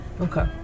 Okay